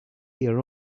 your